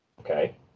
Okay